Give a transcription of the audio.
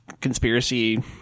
conspiracy